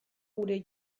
gure